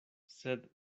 sed